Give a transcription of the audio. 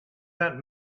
that